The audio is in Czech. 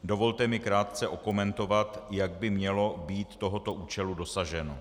Dovolte mi krátce okomentovat, jak by mělo být tohoto účelu dosaženo.